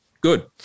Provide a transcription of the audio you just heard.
Good